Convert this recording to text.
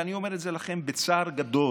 ואני אומר את זה לכם בצער גדול,